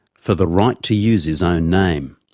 for the right to use his own name.